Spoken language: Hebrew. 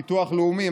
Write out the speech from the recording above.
ביטוח לאומי,